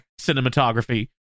cinematography